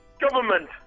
Government